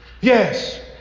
Yes